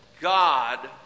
God